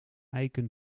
eiken